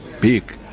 big